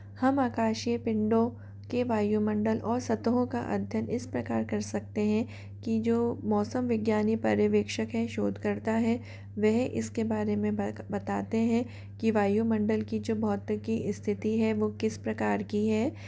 हम आकाशीय पिंडों के वायुमंडल और सतहों का अध्ययन इस प्रकार कर सकते हैं कि जो मौसम विज्ञानी परिवेक्षक हैं शोधकर्ता हैं वह इसके बारे में ब क बताते हैं कि वायुमंडल की जो भौतिकी स्थिति है वो किस प्रकार की है